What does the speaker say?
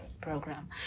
program